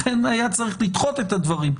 לכן היה צריך לדחות את הדברים.